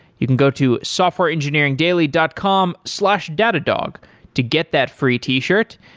you can go to softwareengineering daily dot com slash datadog to get that free t-shirt,